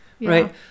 Right